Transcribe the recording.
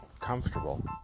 comfortable